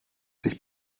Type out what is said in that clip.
sich